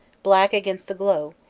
black against the glow,